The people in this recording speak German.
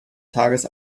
tages